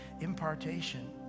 impartation